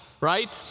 right